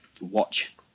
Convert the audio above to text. watch